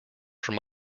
from